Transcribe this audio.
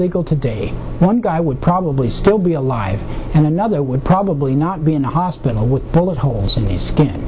legal today one guy would probably still be alive and another would probably not be in the hospital with bullet holes in his skin